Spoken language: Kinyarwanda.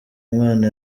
mwana